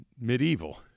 medieval